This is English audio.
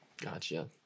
Gotcha